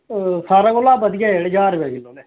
ओह् सारें कोला बधिया जेह्ड़े ज्हार रपेऽ किल्लो न